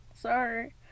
sorry